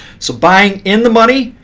so buying in the money,